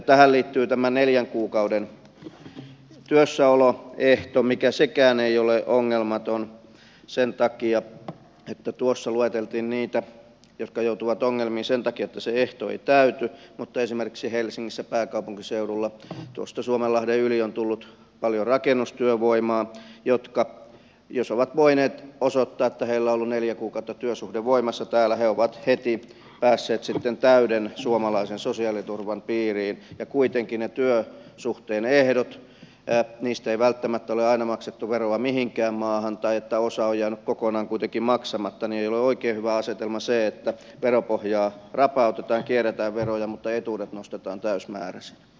tähän liittyy tämä neljän kuukauden työssäoloehto mikä sekään ei ole ongelmaton sen takia että tuossa lueteltiin niitä jotka joutuvat ongelmiin sen takia että se ehto ei täyty mutta esimerkiksi helsinkiin pääkaupunkiseudulle tuosta suomenlahden yli on tullut paljon rakennustyövoimaa ja jos nämä henkilöt ovat voineet osoittaa että heillä on ollut neljä kuukautta työsuhde voimassa täällä he ovat heti päässeet täyden suomalaisen sosiaaliturvan piiriin ja kuitenkin mitä tulee niihin työsuhteen ehtoihin ei välttämättä ole aina maksettu veroa mihinkään maahan tai osa on jäänyt kokonaan kuitenkin maksamatta niin ei ole oikein hyvä asetelma se että veropohjaa rapautetaan kierretään veroja mutta etuudet nostetaan täysimääräisinä